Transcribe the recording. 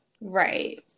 Right